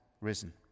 risen